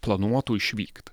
planuotų išvykt